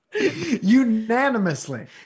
unanimously